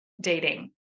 dating